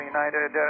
United